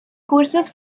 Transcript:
cursos